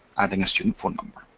adding a student phone number.